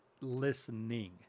listening